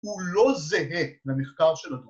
‫הוא לא זהה למחקר שלו.